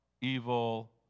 evil